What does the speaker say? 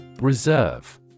Reserve